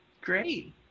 Great